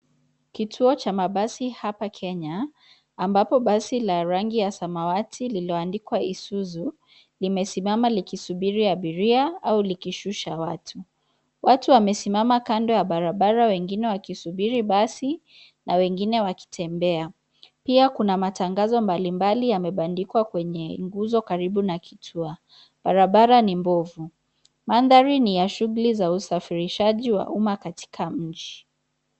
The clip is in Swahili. Kituo cha mabasi hapa kenya, ambapo basi la rangi ya samawati lililoandikwa Isuzu limesimama likisubiri abiria au likishusha watu. Watu wamesiamama kando ya barabara wengine wakisubiri basi na wengine wakitembea, pia kuna matangazo mbalimbali yamebandikwa kwenye nguzo karibu na kituo. Barabara ni mbovu. Mandhari ni ya shuguli za usafirishaji wa umma katika mji.